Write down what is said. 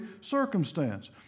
circumstance